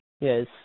Yes